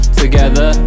together